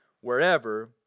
wherever